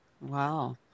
wow